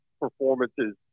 performances